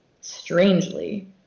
strangely